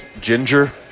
ginger